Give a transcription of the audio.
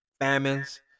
famines